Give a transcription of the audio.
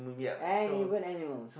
and even animals